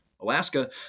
Alaska